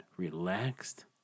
Relaxed